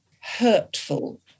hurtful